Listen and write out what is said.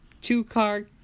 two-car